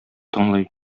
тыңлый